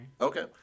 Okay